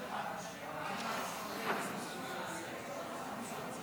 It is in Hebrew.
בוועדת החוקה,